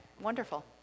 wonderful